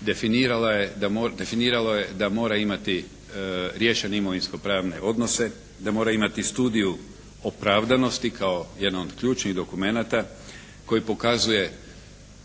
definiralo je da mora imati riješene imovinsko-pravne odnose, da mora imati studiju opravdanosti kao jedan od ključnih dokumenata koji pokazuje